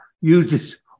uses